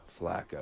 Flacco